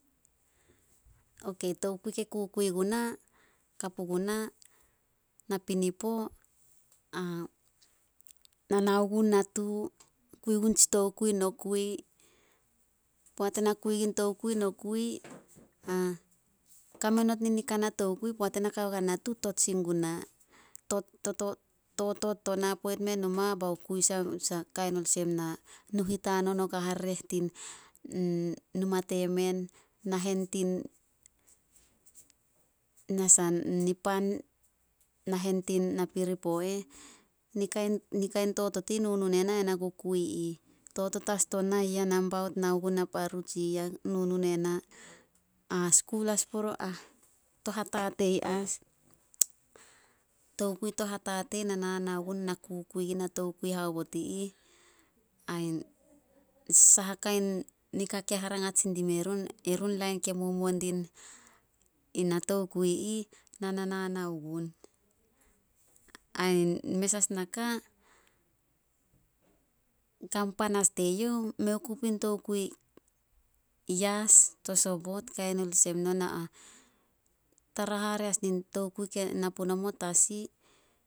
Okei, tokui ke kukui guna ka puguna napinapo, na nao gun natu, kui gun tsi tokui nokui. Poat e na kui gun tokui nokui, kame not ni na kana tokui poat ena kao gua natu, tot sin guna. Totot to na poit meh numa bao kui sai kain olsem na nuhit hanon ogua harereh tin numa temen. Nahen tin nipan nahen tin napiripo eh. Ni kain- ni kain totot i ih nunu ne na ai na ku kui ih. Totot as to nah nao gun naparu tsi yah nunu nena. To hatatei as, tokui to hatatei na na-nao gun na kukui gun natokui haobot i ih. Ain saha kain nika ke harangat sin dime run, erun lain ke numuo din, ina tokui ih, na na nao gun. Ain mes as naka, kan pan as te youh, mei ku puin tokui yas to sobot, tara hare as nin tokui ke na punomo tasi